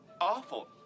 awful